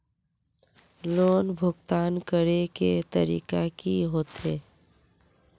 Loan भुगतान करे के तरीका की होते?